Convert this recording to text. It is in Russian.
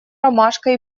ромашкой